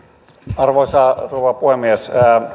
arvoisa rouva puhemies